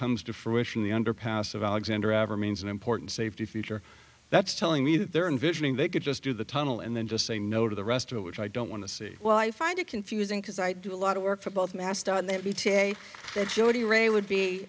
comes to fruition the underpass of alexander ever means an important safety feature that's telling me that they're in visioning they could just do the tunnel and then just say no to the rest of it which i don't want to see well i find it confusing because i do a lot of work for both